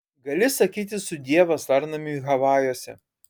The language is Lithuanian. gali sakyti sudie vasarnamiui havajuose